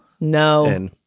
no